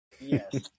Yes